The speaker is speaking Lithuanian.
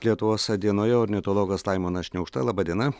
lietuvos dienoje ornitologas laimonas šniaukšta laba diena